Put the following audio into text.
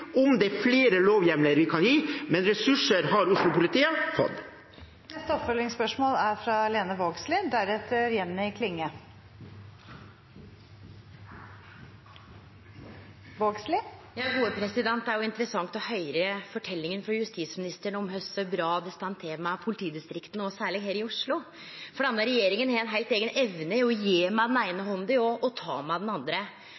det godt hende at vi én gang til skal se om vi kan gi dem flere lovhjemler. Men ressurser har Oslo-politiet fått. Lene Vågslid – til oppfølgingsspørsmål. Det er interessant å høyre forteljinga frå justisministeren om kor bra det står til med politidistrikta, særleg her i Oslo. Denne regjeringa har ei heilt eiga evne til å gje med den eine handa og ta med den andre.